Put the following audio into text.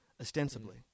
ostensibly